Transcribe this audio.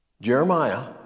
Jeremiah